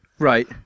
Right